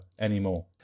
anymore